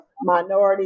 minority